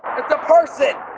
it's a person!